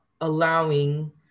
allowing